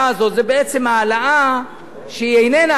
זו בעצם העלאה שהיא איננה העלאה,